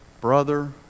brother